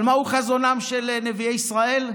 אבל מהו חזונם של נביאי ישראל?